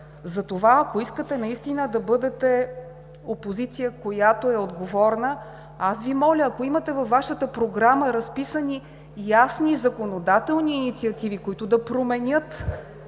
Затова, ако искате наистина да бъдете опозиция, която е отговорна, аз Ви моля, ако имате във Вашата програма разписани ясни законодателни инициативи, които да променят